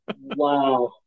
Wow